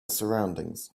surroundings